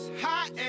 Hot